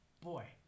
boy